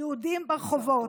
יהודים ברחובות,